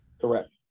correct